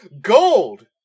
gold